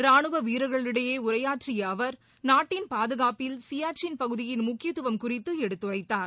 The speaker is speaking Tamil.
ராணுவவீரர்களிடையேஉரையாற்றியஅவர் நாட்டின் பாதுகாப்பில் சியாச்சின் பகுதியின் முக்கியதுவம் குறித்துஎடுத்துரைத்தார்